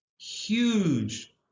huge